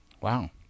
Wow